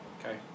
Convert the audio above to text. Okay